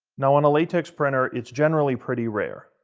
now, on a latex printer it's generally pretty rare.